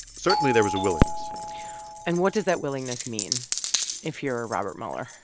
certainly, there was a willingness and what does that willingness mean if you're robert mueller?